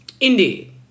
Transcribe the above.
Indeed